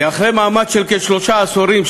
כי אחרי מאמץ של כשלושה עשורים,